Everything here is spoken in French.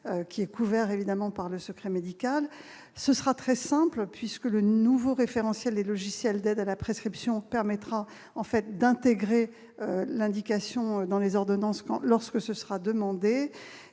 qui est couvert évidemment par le secret médical, ce sera très simple puisque le nouveau référentiel des logiciels d'aide à la prescription permettra en fait d'intégrer l'indication dans les ordonnances que lorsque ce sera demandée